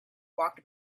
walked